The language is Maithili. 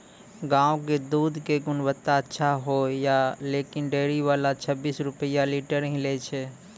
गांव के दूध के गुणवत्ता अच्छा होय या लेकिन डेयरी वाला छब्बीस रुपिया लीटर ही लेय छै?